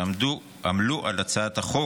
שעמלו על הצעת החוק.